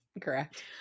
Correct